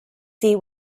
see